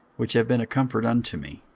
which have been a comfort unto me.